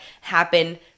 happen